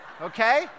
Okay